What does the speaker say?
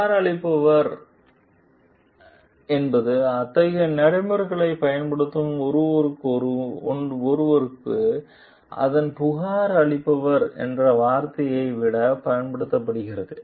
புகார் அளிப்பவர் என்பது அத்தகைய நடைமுறைகளைப் பயன்படுத்தும் ஒருவருக்கு அதன் புகார் அளிப்பவர் என்ற வார்த்தையை விடப் பயன்படுத்தப்படுகிறது